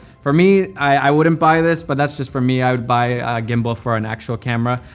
for me, i wouldn't buy this. but that's just for me i would buy a gimbal for an actual camera.